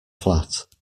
flat